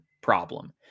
problem